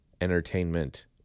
entertainment